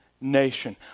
nation